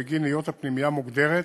בגין היות הפנימייה מוגדרת